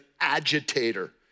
agitator